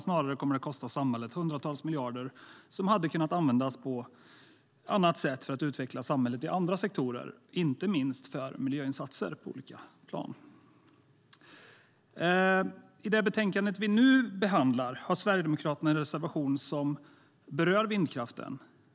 Snarare kommer den att kosta samhället hundratals miljarder som hade kunnat användas på annat sätt för att utveckla samhället i andra sektorer, inte minst för miljöinsatser på olika plan. I det betänkande som vi nu behandlar har Sverigedemokraterna en reservation som berör vindkraften.